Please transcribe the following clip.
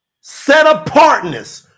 set-apartness